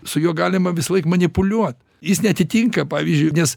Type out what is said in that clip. su juo galima visąlaik manipuliuot jis neatitinka pavyzdžiui nes